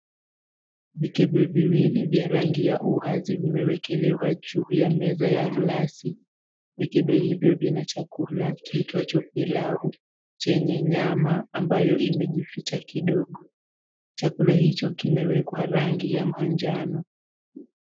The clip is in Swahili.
Vikebe viwili vya rangi ya uwazi vimewekelewa juu ya meza ya glasi. vikebe hivyo vina chakula kiitwacho pilau chenye nyama ambayo imejificha kidogo. Chakula hicho kimewekwa rangi ya manjano.